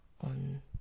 on